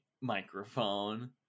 microphone